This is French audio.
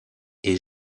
est